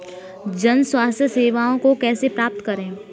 जन स्वास्थ्य सेवाओं को कैसे प्राप्त करें?